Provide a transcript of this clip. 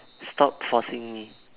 stop forcing me